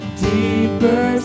deeper